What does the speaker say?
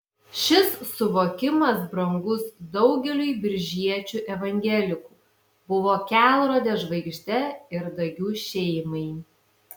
šis suvokimas brangus daugeliui biržiečių evangelikų buvo kelrode žvaigžde ir dagių šeimai